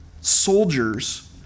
soldiers